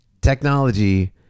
Technology